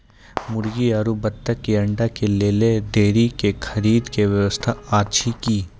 मुर्गी आरु बत्तक के अंडा के लेल डेयरी के खरीदे के व्यवस्था अछि कि?